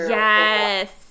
yes